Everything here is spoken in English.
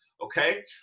okay